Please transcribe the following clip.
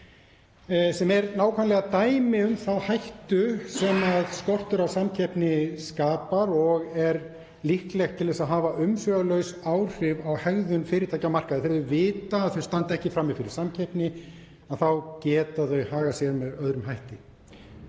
sem er nákvæmlega dæmi um þá hættu sem skortur á samkeppni skapar og er líklegt til að hafa umsvifalaust áhrif á hegðun fyrirtækja á markaði. Þegar þau vita að þau standa ekki frammi fyrir samkeppni þá geta þau hagað sér með öðrum hætti.